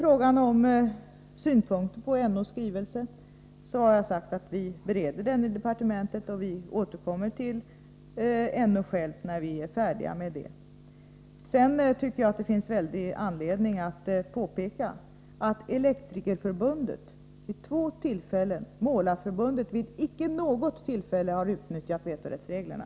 Beträffande synpunkter på NO:s skrivelse har jag sagt att vi bereder ärendet i departementet. Vi återkommer till NO när vi är färdiga med det. Jag tycker att det finns stor anledning att påpeka att Elektrikerförbundet vid två tillfällen och Målarförbundet vid icke något tillfälle har utnyttjat vetorättsreglerna.